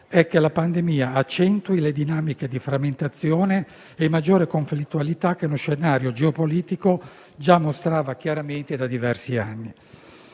è che la pandemia accentui le dinamiche di frammentazione e maggiore conflittualità che lo scenario geopolitico già mostrava chiaramente da diversi anni.